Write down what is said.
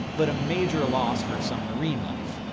but a major loss for some marine life.